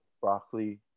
broccoli